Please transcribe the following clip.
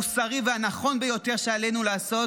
והמוסרי והנכון ביותר שעלינו לעשות